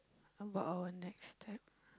how about next time